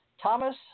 Thomas